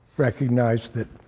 recognized that,